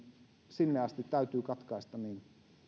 sinne asti täytyy katkaista